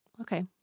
okay